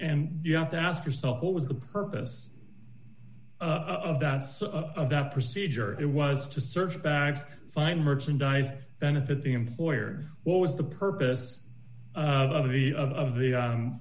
and you have to ask yourself what was the purpose of that so that procedure it was to search bags find merchandise benefit the employer what was the purpose of the of the